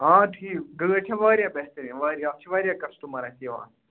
آ ٹھیٖک گٲڑۍ چھےٚ واریاہ بہتریٖن واریاہ اَتھ چھِ واریاہ کَسٹمَر اَسہِ یِوان